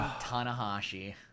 Tanahashi